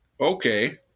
okay